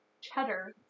cheddar